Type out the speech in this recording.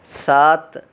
سات